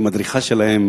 היא מדריכה שלהם,